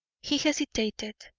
he hesitated.